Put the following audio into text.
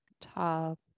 top